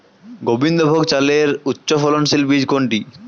গোবিন্দভোগ চালের উচ্চফলনশীল বীজ কোনটি?